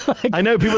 i know, people